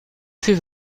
fait